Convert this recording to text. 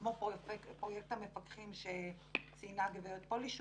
כמו פרויקט המפקחים שציינה הגב' פולישוק,